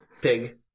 pig